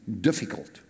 difficult